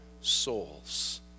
souls